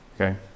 Okay